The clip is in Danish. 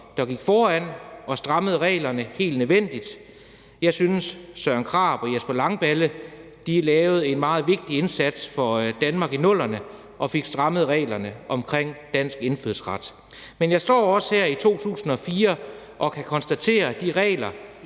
der gik foran og strammede reglerne helt nødvendigt. Jeg synes, Søren Krarup og Jesper Langballe lavede en meget vigtig indsats for Danmark i 00'erne og fik strammet reglerne omkring dansk indfødsret. Men jeg står også her i 2024 og kan konstatere, at de regler,